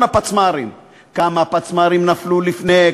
הפצמ"רים: כמה פצמ"רים נפלו לפני,